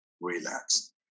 relax